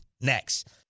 next